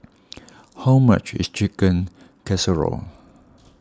how much is Chicken Casserole